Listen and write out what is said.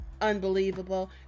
unbelievable